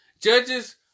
Judges